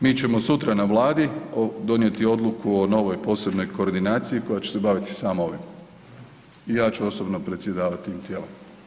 Mi ćemo sutra na Vladi donijeti odluku o novoj posebnoj koordinaciji koja će se baviti samo ovim i ja ću osobno predsjedavati tim tijelom.